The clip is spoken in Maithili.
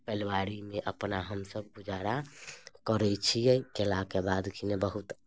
परिवारीमे अपना हमसभ गुजारा करैत छियै कयलाके बाद किने बहुत